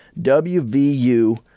WVU